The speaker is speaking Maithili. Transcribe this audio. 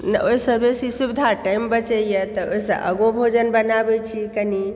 ओहिसँ बेसी सुविधा टाइम बचइए तऽ ओहिसँ आगो भोजन बनाबैत छी कनि